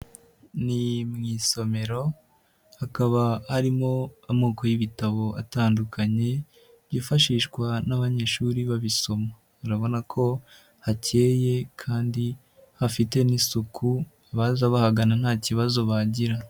Ni mu isomero hakaba harimo amoko y'ibitabo atandukanye, byifashishwa n'abanyeshuri babisoma, urabona ko hakeye kandi hafite n'isuku, abaza bahagana nta kibazo bagira.